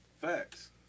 Facts